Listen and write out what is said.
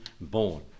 born